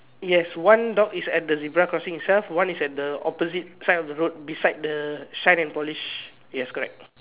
yes one dog is at the zebra crossing itself one is at the opposite side of the road beside the shine and polish yes correct